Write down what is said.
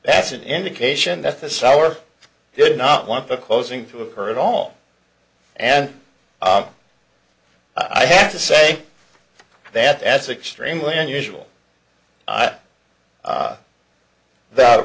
that's an indication that the sour did not want the closing to occur at all and i have to say that as extremely unusual i that